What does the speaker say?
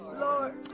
Lord